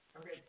Okay